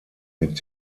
mit